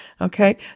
Okay